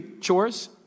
chores